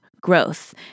growth